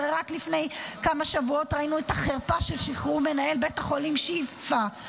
הרי רק לפני כמה שבועות ראינו את החרפה של שחרור מנהל בית חולים שיפא,